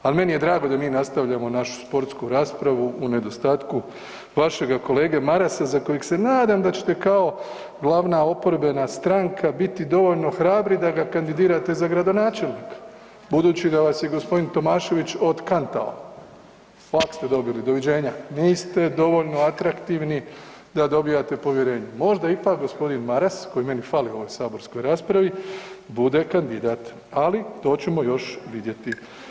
Ali meni je drago da mi nastavljamo našu sportsku raspravu u nedostatku vašega kolega Marasa za kojega se nadam da ćete kao glavna oporbena stranka biti dovoljno hrabri da ga kandidirate za gradonačelnika budući da vas je gospodin Tomašević otkantao, ovak ste dobili, doviđenja, niste dovoljno atraktivni da dobijate povjerenje, možda ipak gospodin Maras koji meni fali u ovoj saborskoj raspravi bude kandidat, ali to ćemo još vidjeti.